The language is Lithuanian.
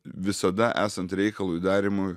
visada esant reikalui darymui